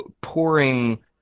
pouring